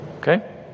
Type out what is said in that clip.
Okay